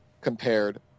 compared